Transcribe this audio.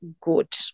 good